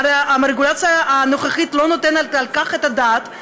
הרגולציה הנוכחית לא נותנת על כך את הדעת,